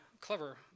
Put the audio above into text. clever